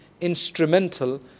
instrumental